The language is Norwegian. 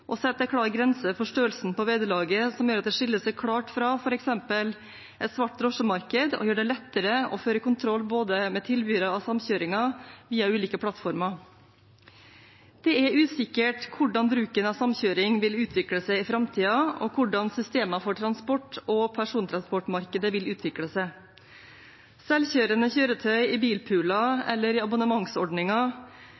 Å sette en klar grense for størrelsen på vederlaget, som gjør at det skiller seg klart fra f.eks. et svart drosjemarked, vil gjøre det enklere å håndtere for den enkelte og for staten, og vil gjøre det lettere å føre kontroll med tilbydere av samkjøringen via ulike plattformer. Det er usikkert hvordan bruken av samkjøring vil utvikle seg i framtiden, og hvordan systemer for transport- og persontransportmarkedet vil utvikle seg. Selvkjørende